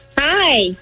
Hi